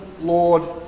Lord